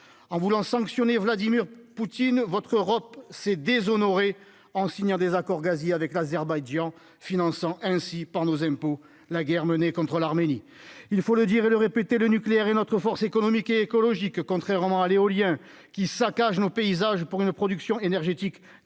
en voulant sanctionner Vladimir Poutine votre Europe s'est déshonoré en signant des accords gaziers avec l'Azerbaïdjan finançant ainsi par nos impôts, la guerre menée contre l'Arménie, il faut le dire et le répéter, le nucléaire est notre force économique et écologique, contrairement à l'éolien qui saccagent nos paysages pour une production énergétique dérisoire